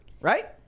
right